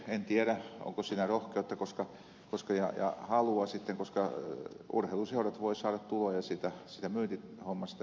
en tiedä onko siihen rohkeutta ja halua sitten koska urheiluseurat voivat saada tuloja siitä myyntihommasta